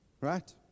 right